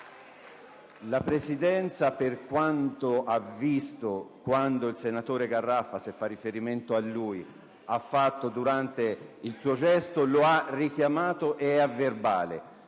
la Presidenza, per quanto ha visto, quando il senatore Garaffa (se fa riferimento a lui) ha fatto dei gesti, lo ha richiamato ed è a verbale.